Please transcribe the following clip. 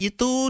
Itu